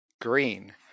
Green